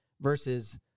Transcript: versus